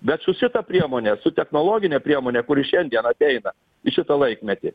bet su šita priemone su technologine priemone kuri šiandien ateina į šitą laikmetį